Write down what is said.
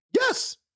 Yes